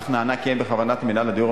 אך נענה כי אין בכוונת מינהל הדיור